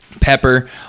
Pepper